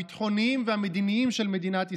הביטחוניים והמדיניים של מדינת ישראל.